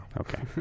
Okay